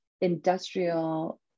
industrial